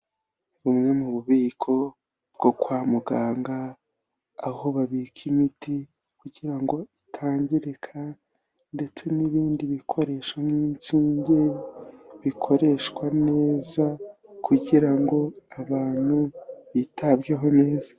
Bumwe mu bubiko bwo kwa muganga, aho babika imiti kugira ngo itangirika ndetse n'ibindi bikoresho nk'inshinge, bikoreshwa neza kugira ngo abantu bitabweho neza.